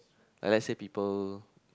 like let's say people